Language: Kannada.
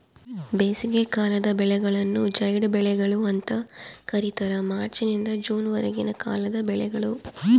ಬೇಸಿಗೆಕಾಲದ ಬೆಳೆಗಳನ್ನು ಜೈಡ್ ಬೆಳೆಗಳು ಅಂತ ಕರೀತಾರ ಮಾರ್ಚ್ ನಿಂದ ಜೂನ್ ವರೆಗಿನ ಕಾಲದ ಬೆಳೆಗಳು